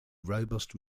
robust